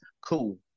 Cool